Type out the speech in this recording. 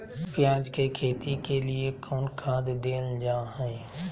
प्याज के खेती के लिए कौन खाद देल जा हाय?